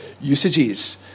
usages